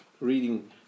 reading